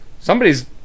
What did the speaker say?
somebody's